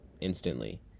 instantly